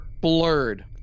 blurred